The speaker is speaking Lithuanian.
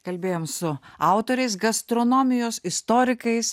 kalbėjom su autoriais gastronomijos istorikais